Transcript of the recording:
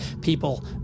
people